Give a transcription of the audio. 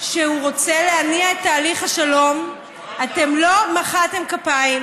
גם כשהוא אמר שהוא רוצה להניע את תהליך השלום אתם לא מחאתם כפיים,